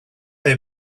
they